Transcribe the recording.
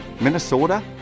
Minnesota